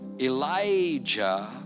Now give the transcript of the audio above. elijah